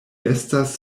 estas